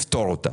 לפתור אותה.